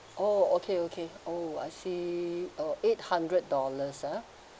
oh okay okay oh I see uh eight hundred dollars ah